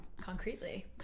Concretely